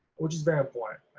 which is very important.